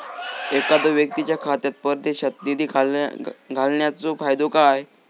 एखादो व्यक्तीच्या खात्यात परदेशात निधी घालन्याचो फायदो काय?